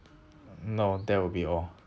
no that will be all